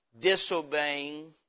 disobeying